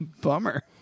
Bummer